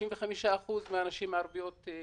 35% מהנשים הערביות היו